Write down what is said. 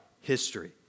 history